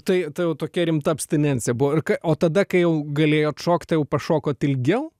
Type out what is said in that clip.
tai tai jau tokia rimta abstinencija buvo ir ka o tada kai jau galėjot šokt tai jau pašokot ilgiau